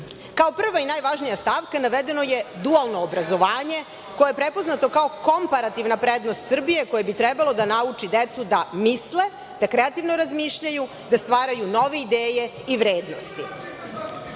prva i najvažnija stavka navedeno je dualno obrazovanje, koje je prepoznato kao komparativna prednost Srbije koja bi trebalo da nauči decu da misle, da kreativno razmišljaju, da stvaraju nove ideje i vrednosti.